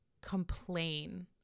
complain